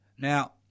Now